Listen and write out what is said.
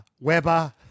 Weber